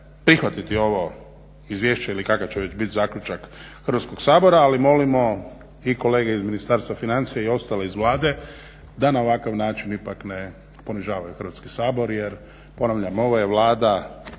prihvatiti ovo izvješće ili kakav će već biti zaključak Hrvatskog sabora, ali molimo i kolege iz Ministarstva financija i ostale iz Vlade da na ovakav način ipak ne ponižavaju Hrvatski sabor jer ponavljam ovo je Vlada